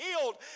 healed